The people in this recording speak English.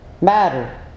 Matter